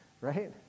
right